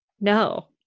No